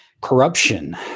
corruption